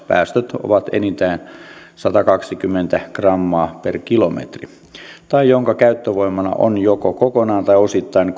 päästöt ovat enintään satakaksikymmentä grammaa per kilometri tai jonka käyttövoimana on joko kokonaan tai osittain